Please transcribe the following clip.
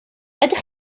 ydych